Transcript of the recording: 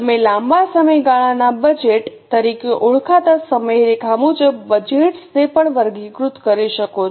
તમે લાંબા સમયગાળાના બજેટ તરીકે ઓળખાતા સમયરેખા મુજબ બજેટ્સ ને પણ વર્ગીકૃત કરી શકો છો